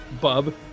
bub